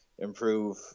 improve